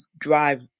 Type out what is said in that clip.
drive